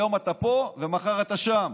היום אתה פה ומחר אתה שם.